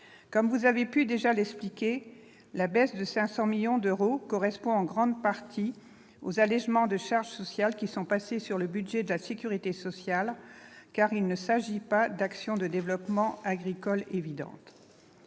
Comme vous avez déjà pu l'expliquer, la baisse de 500 millions d'euros correspond en grande partie aux allégements de charges sociales, qui sont passées sur le budget de la sécurité sociale, car il ne s'agit pas d'actions de développement agricole évidentes.